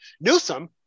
Newsom